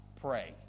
pray